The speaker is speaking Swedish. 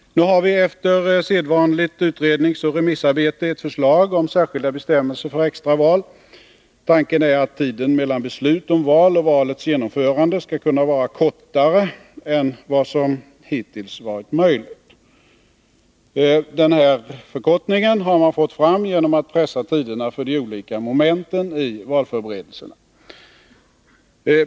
Nu har vi efter sedvanligt utredningsoch remissarbete ett förslag om särskilda bestämmelser för extra val. Tanken är att tiden mellan beslut om val och valets genomförande skall kunna vara kortare än vad som hittills varit möjligt. Denna förkortning har man fått fram genom att pressa tiderna för de olika momenten i valförberedelserna.